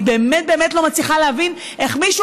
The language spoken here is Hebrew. אני באמת באמת לא מצליחה להבין איך מישהו